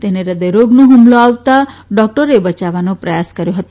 તેને હૃદયરીગનો હમલો આવતા ડોકટરોએ બચાવવાનો પ્રયત્ન કર્યો હતો